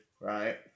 right